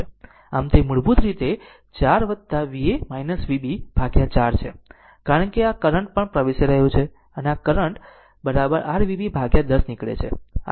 આમ તે મૂળભૂત રીતે 4 Va Vb ભાગ્યા 4 છે કારણ કે આ કરંટ પણ પ્રવેશી રહ્યો છે અને આ કરંટ r Vb ભાગ્યા 10 નીકળે છે